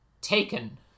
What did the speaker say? taken